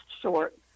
short